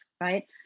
right